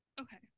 okay